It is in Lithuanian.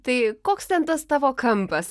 tai koks ten tas tavo kampas